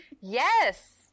Yes